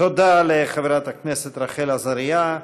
תודה לחברת הכנסת רחל עזריה.